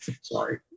Sorry